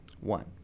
one